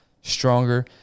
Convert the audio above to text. stronger